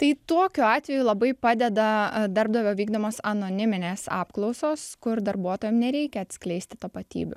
tai tokiu atveju labai padeda darbdavio vykdomos anoniminės apklausos kur darbuotojam nereikia atskleisti tapatybių